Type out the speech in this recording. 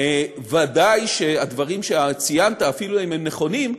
ודאי שהדברים שציינת, אפילו אם הם נכונים,